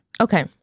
Okay